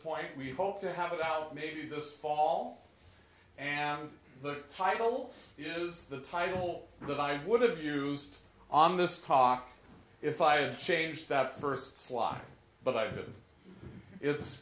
point we hope to have it out maybe this fall and the title is the title that i would have used on this talk if i had changed that first slot but i did it's